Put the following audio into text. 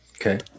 okay